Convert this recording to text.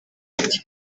ati